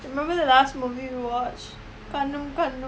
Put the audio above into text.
remember the last movie you watch Kannum Kannum kannum